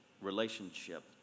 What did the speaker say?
relationship